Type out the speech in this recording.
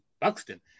Buxton